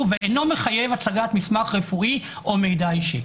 ואינו מחייב הצגת מסמך רפואי או מידע אישי".